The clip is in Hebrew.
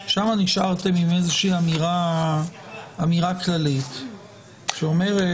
שם נשארתם עם איזו שהיא אמירה כללית שאומרת